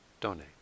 donate